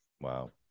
Wow